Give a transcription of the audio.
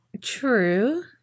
True